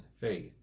faith